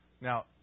Now